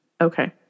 Okay